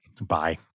bye